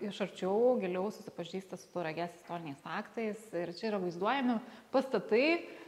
iš arčiau giliau susipažįsta su tauragės istoriniais faktais ir čia yra vaizduojami pastatai